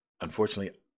unfortunately